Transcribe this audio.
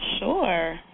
Sure